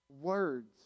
Words